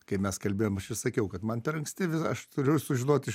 kai mes kalbėjom aš ir sakiau kad man per anksti aš turiu sužinot iš